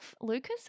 Lucas